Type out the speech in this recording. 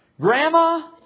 Grandma